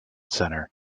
center